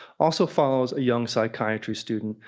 also follows a young psychiatry student,